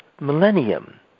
millennium